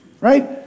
Right